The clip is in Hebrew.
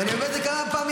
ואני אומר את זה כמה פעמים.